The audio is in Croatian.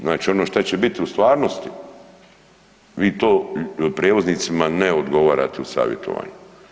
Znači ono šta će biti u stvarnosti vi to prijevoznicima ne odgovarate u savjetovanju.